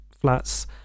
flats